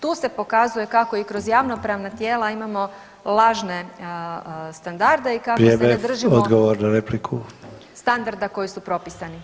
Tu se pokazuje kako i kroz javnopravna tijela imamo lažne standarde i kako se ne držimo standarda koji su propisani.